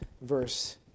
verse